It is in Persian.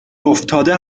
افتاده